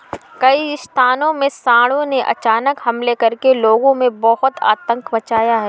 कई स्थानों में सांडों ने अचानक हमले करके लोगों में बहुत आतंक मचाया है